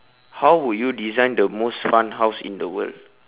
how would you design the most fun house in the world